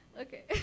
Okay